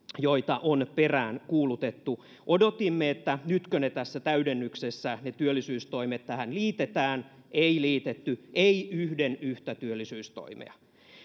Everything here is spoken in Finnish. joita on peräänkuulutettu odotimme että nytkö tässä täydennyksessä ne työllisyystoimet tähän liitetään ei liitetty ei yhden yhtä työllisyystoimea